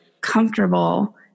comfortable